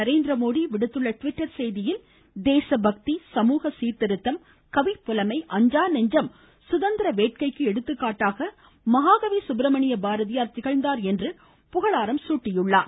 நரேந்திரமோடி விடுத்துள்ள டிவிட்டர் செய்தியில் தேசப்பக்தி சமூகத் சீர்திருத்தம் கவிப்புலமை அஞ்சாநெஞ்சம் சுதந்திர வேட்கைக்கு எடுத்துக்காட்டாக மகாகவி சுப்ரமணிய பாரதி திகழ்ந்தார் என்று புகழாரம் சூட்டியுள்ளார்